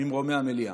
ממרומי המליאה.